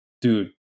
dude